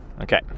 Okay